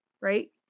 right